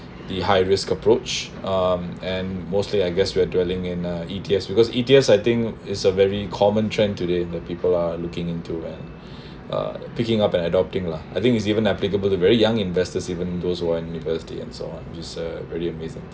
the high risk approach um and mostly I guess we're dwelling in uh E_T_Fs because E_T_Fs I think is a very common trend today the people are looking into ya uh picking up and adopting lah I think it’s even applicable to very young investors even those are in university and so on which is a very amazing